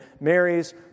marries